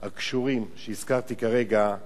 הקשורות שהזכרתי כרגע,